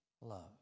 love